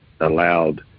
allowed